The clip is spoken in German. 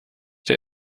der